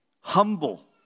Humble